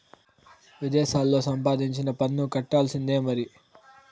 విదేశాల్లా సంపాదించినా పన్ను కట్టాల్సిందే మరి